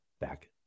back